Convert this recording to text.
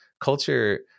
culture